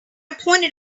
pointed